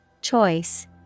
Choice